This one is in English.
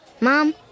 Mom